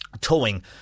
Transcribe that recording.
towing